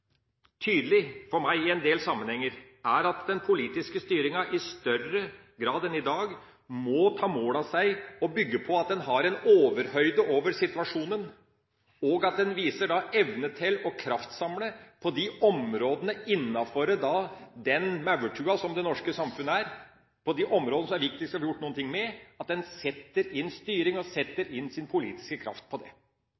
den politiske styringa i større grad enn i dag må ta mål av seg å bygge på at den har en overhøyde over situasjonen, at den viser evne til å kraftsamle på de områdene innenfor den maurtua som det norske samfunnet er, på de områdene som det er viktigst å få gjort noe med, at den setter inn styringa og